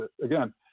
again